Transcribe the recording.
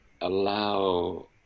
allow